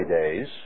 days